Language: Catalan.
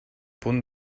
punt